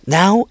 now